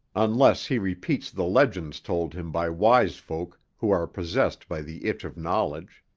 unless he repeats the legends told him by wise folk who are possessed by the itch of knowledge.